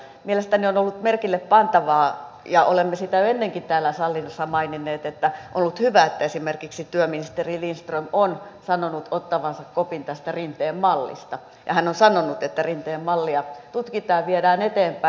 mielestäni on ollut merkille pantavaa ja olemme sitä jo ennenkin täällä salissa maininneet että on ollut hyvä että esimerkiksi työministeri lindström on sanonut ottavansa kopin tästä rinteen mallista ja on sanonut että rinteen mallia tutkitaan ja viedään eteenpäin